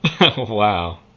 Wow